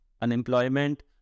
unemployment